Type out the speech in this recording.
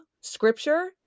scripture